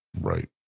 Right